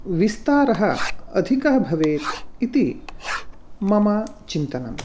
विस्तारः अधिकः भवेत् इति मम चिन्तनम्